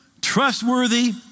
trustworthy